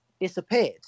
disappeared